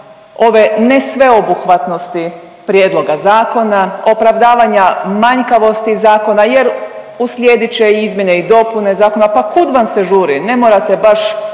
ove ne sveobuhvatnosti prijedloga zakona, opravdavanja manjkavosti zakona jer uslijedit će izmjene i dopune zakona, pa kud vam se žuri, ne morate baš